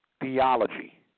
theology